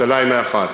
ירושלים היא אחת.